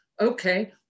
Okay